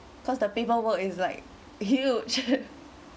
cause the paperwork is like huge